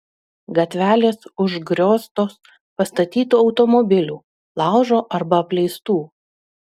gatvelės užgrioztos pastatytų automobilių laužo arba apleistų